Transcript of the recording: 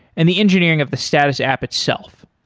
and the engineering of the status app itself.